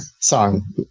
song